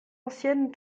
anciennes